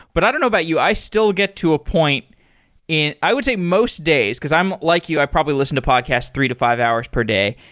but i don't know about you. i still get to a point and i would say most days, because i'm like you. i probably listen to podcast three to five hours per day.